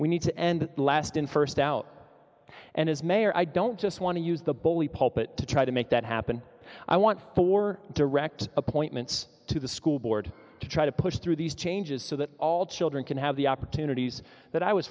we need to end last in first out and as mayor i don't just want to use the bully pulpit to try to make that happen i want for direct appointments to the school board to try to push through these changes so that all children can have the opportunities that i was